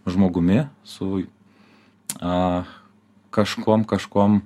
žmogumi su aaa kažkuom kažkuom